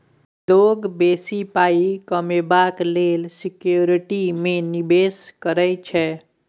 लोक बेसी पाइ कमेबाक लेल सिक्युरिटी मे निबेश करै छै